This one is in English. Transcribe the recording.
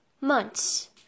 Months